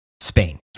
Spain